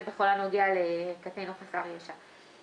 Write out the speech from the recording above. זה בכל הנוגע לקטין או חסר ישע.